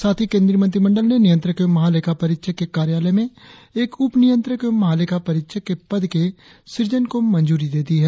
साथ ही केंद्रीय मंत्रिमंडल ने नियंत्रक एवं महालेखा परीक्षक के कार्यलय में एक उप नियंत्रक एवं महालेखा परीक्षक के पद के सृजन को मंजूरी दे दी है